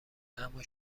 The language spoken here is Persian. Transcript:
اما